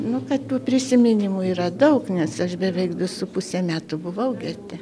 nu kad tų prisiminimų yra daug nes aš beveik du su puse metų buvau gete